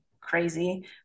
crazy